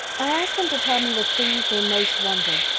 i asked them to tell me the things they most wanted.